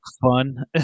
fun